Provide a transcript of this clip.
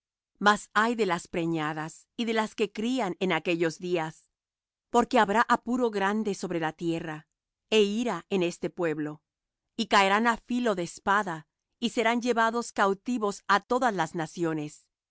mas ay de las preñadas y de las que crían en aquellos días porque habrá apuro grande sobre la tierra é ira en este pueblo y caerán á filo de espada y serán llevados cautivos á todas las naciones